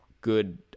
good